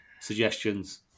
suggestions